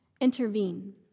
intervene